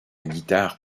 guitare